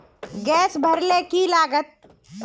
Gas भरले की लागत?